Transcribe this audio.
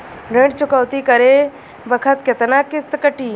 ऋण चुकौती करे बखत केतना किस्त कटी?